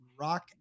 Rock